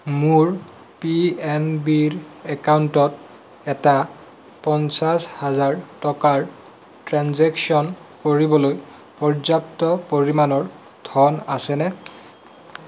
মোৰ P N B ৰ একাউণ্টত এটা পঞ্চাছ হাজাৰ টকাৰ ট্ৰেঞ্জেকশ্য়ন কৰিবলৈ পৰ্যাপ্ত পৰিমাণৰ ধন আছেনে